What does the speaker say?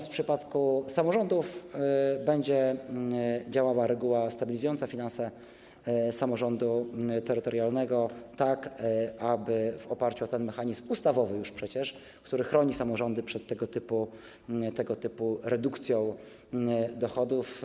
W przypadku samorządów będzie działała reguła stabilizująca finanse samorządu terytorialnego, tak aby w oparciu o mechanizm ustawowy, który chroni samorządy przed tego typu redukcją dochodów.